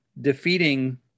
defeating